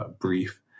brief